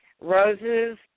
roses